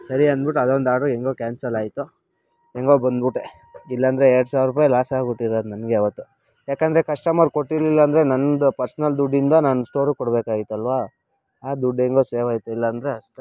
ಸರಿ ಅಂದ್ಬುಟ್ಟು ಅದೊಂದು ಆಡ್ರು ಹೆಂಗೋ ಕ್ಯಾನ್ಸಲ್ ಆಯಿತು ಹೆಂಗೋ ಬಂದ್ಬಿಟ್ಟೆ ಇಲ್ಲಾಂದರೆ ಎರಡು ಸಾವಿರ ರೂಪಾಯಿ ಲಾಸ್ ಆಗ್ಬುಟ್ಟಿರೋದು ನನಗೆ ಆವತ್ತು ಯಾಕಂದರೆ ಕಸ್ಟಮರ್ ಕೊಟ್ಟಿರಲಿಲ್ಲ ಅಂದರೆ ನನ್ನದು ಪರ್ಸನಲ್ ದುಡ್ಡಿಂದ ನಾನು ಸ್ಟೋರಿಗೆ ಕೊಡ್ಬೇಕಾಗಿತ್ತು ಅಲ್ಲವಾ ಆ ದುಡ್ಡು ಹೆಂಗೋ ಸೇವ್ ಆಯಿತು ಇಲ್ಲಾಂದರೆ ಅಷ್ಟೇ